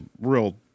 real